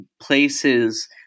places